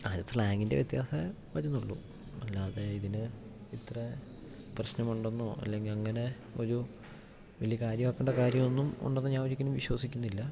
അ സ്ലാങ്ങിൻ്റെ വ്യത്യാസമേ വരുന്നുള്ളൂ അല്ലാതെ ഇതിന് ഇത്ര പ്രശ്നമുണ്ടെന്നോ അല്ലെങ്കിൽ അങ്ങനെ ഒരു വലിയ കാര്യമാക്കേണ്ട കാര്യമൊന്നും ഉണ്ടെന്ന് ഞാൻ ഒരിക്കലും വിശ്വസിക്കുന്നില്ല